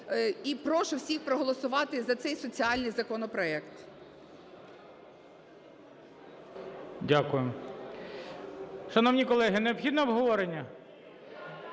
І прошу всіх проголосувати за цей соціальний законопроект. ГОЛОВУЮЧИЙ. Дякую. Шановні колеги, необхідне обговорення?